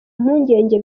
mpungenge